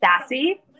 sassy